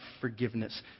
forgiveness